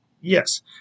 yes